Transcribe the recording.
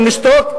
אם נשתוק,